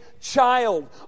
child